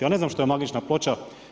Ja ne znam što je magična ploča.